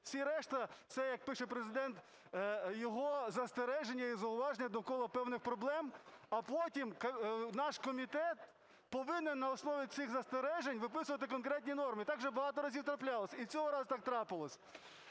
Всі решта - це, як пише Президент, його застереження і зауваження до кола певних проблем, а потім наш комітет повинен на основі цих застережень виписувати конкретні норми. Так вже багато разів траплялося, і цього разу так трапилось.